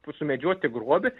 sumedžioti grobį